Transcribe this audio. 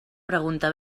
pregunta